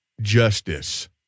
Justice